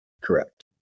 Correct